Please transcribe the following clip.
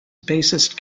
bassist